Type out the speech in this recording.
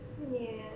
ya